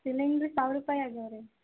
cylinder ಸಾವ್ರ್ ರೂಪಾಯಿ ಆಗಾವ ರೀ